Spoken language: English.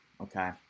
okay